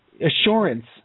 assurance